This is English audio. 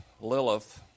Lilith